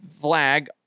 flag